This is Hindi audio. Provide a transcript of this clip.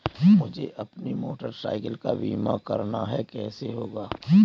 मुझे अपनी मोटर साइकिल का बीमा करना है कैसे होगा?